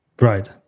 Right